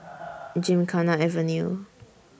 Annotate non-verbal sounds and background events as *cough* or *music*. *noise* Gymkhana Avenue